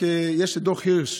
יש את דוח הירש,